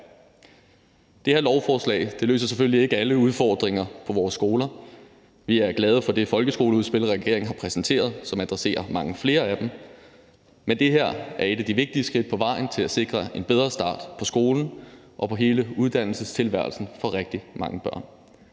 Det her lovforslag løser selvfølgelig ikke alle udfordringer på vores skoler. Vi er glade for det folkeskoleudspil, regeringen har præsenteret, som adresserer mange flere af dem, men det her er et af de vigtige skridt på vejen til at sikre en bedre start i skolen og på hele uddannelsestilværelsen for rigtig mange børn.